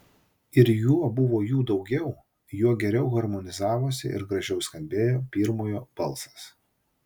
ir juo buvo jų daugiau juo geriau harmonizavosi ir gražiau skambėjo pirmojo balsas